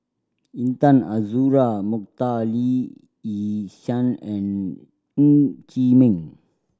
Intan Azura Mokhtar Lee Yi Shyan and Ng Chee Meng